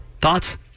thoughts